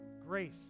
Grace